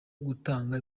gutanga